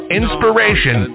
inspiration